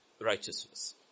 Righteousness